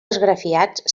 esgrafiats